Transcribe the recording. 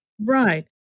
Right